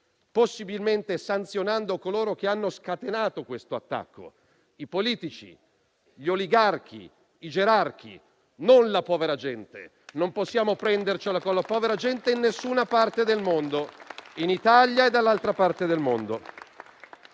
possibilmente coloro che hanno scatenato questo attacco (i politici, gli oligarchi e i gerarchi) e non la povera gente. Non possiamo prendercela con la povera gente in nessuna parte del mondo, né in Italia, né dall'altra parte del mondo.